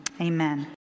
amen